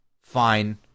Fine